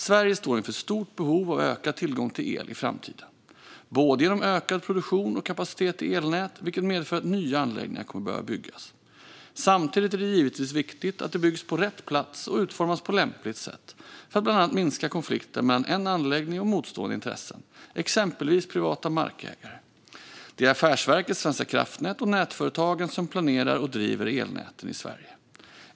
Sverige står inför ett stort behov av ökad tillgång till el i framtiden genom både ökad produktion och kapacitet i elnätet, vilket medför att nya anläggningar kommer att behöva byggas. Samtidigt är det givetvis viktigt att de byggs på rätt plats och utformas på lämpligt sätt för att bland annat minska konflikter mellan en anläggning och motstående intressen, exempelvis privata markägare. Det är Affärsverket svenska kraftnät och nätföretagen som planerar och driver elnäten i Sverige.